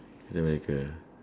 captain america ah